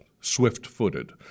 swift-footed